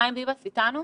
חיים ביבס איתנו?